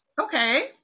Okay